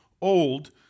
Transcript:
old